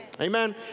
Amen